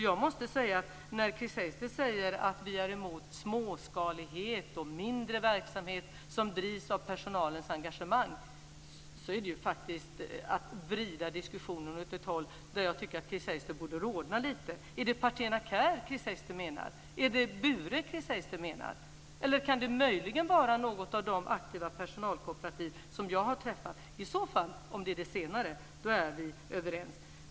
Jag måste säga att när Chris Heister säger att vi är emot småskalighet och mindre verksamhet som drivs av personalens engagemang är det faktiskt att vrida diskussionen på ett sätt som gör att jag tycker att Chris Heister borde rodna lite. Är det Partena Care Chris Heister menar? Är det Bure Chris Heister menar? Eller kan det möjligen vara något av de aktiva personalkooperativ som jag har träffat? I så fall, om det är det senare, är vi överens.